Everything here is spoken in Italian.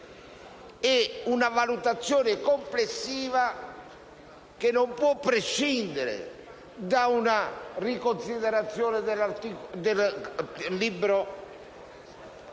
di una valutazione complessiva che non può prescindere da una riconsiderazione del Titolo